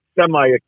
semi